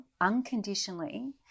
unconditionally